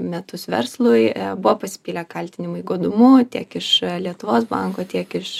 metus verslui buvo pasipylę kaltinimai godumu tiek iš lietuvos banko tiek iš